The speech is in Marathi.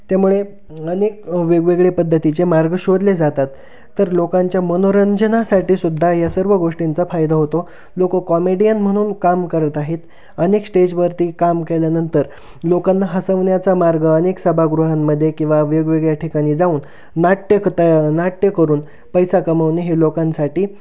त्यामुळे अनेक वेगवेगळे पद्धतीचे मार्ग शोधले जातात तर लोकांच्या मनोरंजनासाठीसुद्धा या सर्व गोष्टींचा फायदा होतो लोकं कॉमेडियन म्हणून काम करत आहेत अनेक स्टेजवरती काम केल्यानंतर लोकांना हसवण्याचा मार्ग अनेक सभागृहांमध्ये किंवा वेगवेगळ्या ठिकाणी जाऊन नाट्य क त नाट्य करून पैसा कमवणे हे लोकांसाठी